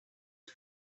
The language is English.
two